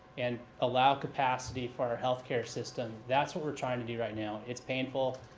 and allow capacity for our healthcare system, that's what we're trying to do right now. it's painful,